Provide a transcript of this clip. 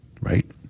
right